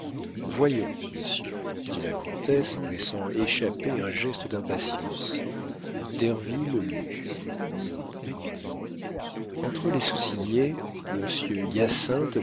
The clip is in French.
voyons monsieur dit la comtesse en laissant échapper un geste d'impatience derville lut entre les soussignés monsieur hyacinthe